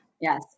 Yes